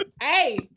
hey